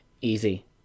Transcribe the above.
easy